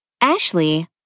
Ashley